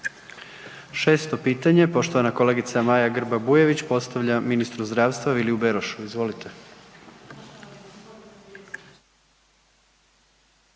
Šesto pitanje poštovana kolegica Maja Grba Bujević, postavlja ministru zdravstva Viliju Berošu. Izvolite.